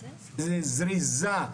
זריזה,